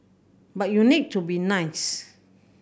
but you need to be nice